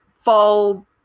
fall